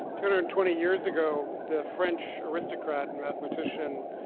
two hundred twenty years ago the french aristocrat and mathematician,